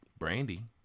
Brandy